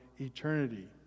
eternity